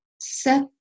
set